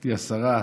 גברתי השרה,